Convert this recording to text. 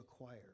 acquire